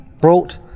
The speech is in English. brought